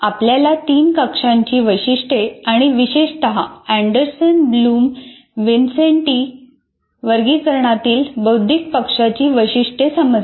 आपल्याला तीन कक्षांची वैशिष्ट्ये आणि विशेषतः अँडरसन ब्लूम विन्सेंटी वर्गीकरणातील बौद्धिक पक्षाची वैशिष्ट्ये समजली